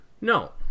No